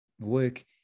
work